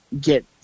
get